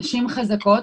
נשים חזקות